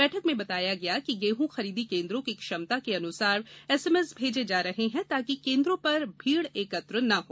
बैठक में बताया गया कि गेहूं खरीदी केन्द्रों की क्षमता के अनुसार एसएमएस भेजे जा रहे हैं ताकि केन्द्रों पर भीड़ एकत्र नहीं हो